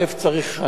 צריך,